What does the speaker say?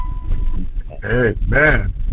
Amen